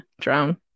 drown